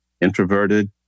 introverted